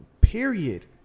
Period